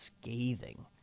scathing